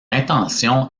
intention